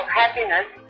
happiness